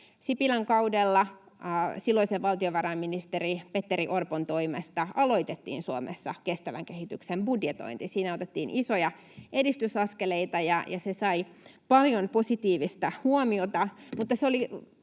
Sipilän kaudella silloisen valtiovarainministerin Petteri Orpon toimesta aloitettiin Suomessa kestävän kehityksen budjetointi. Siinä otettiin isoja edistysaskeleita, ja se sai paljon positiivista huomiota. Mutta se oli